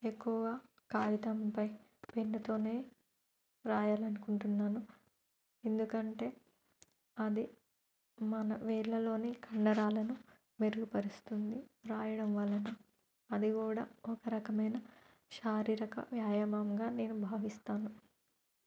ఎక్కువగా కాగితంపై పెన్నుతోనే రాయాలనుకుంటున్నాను ఎందుకంటే అది మన వేళ్ళలోని కండరాలను మెరుగుపరుస్తుంది రాయడం వలన అది కూడా ఒక రకమైన శారీరక వ్యాయామంగా నేను భావిస్తాను